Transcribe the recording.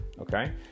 okay